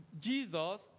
Jesus